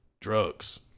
Drugs